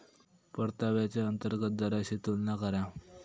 परताव्याच्या अंतर्गत दराशी तुलना करा